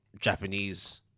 Japanese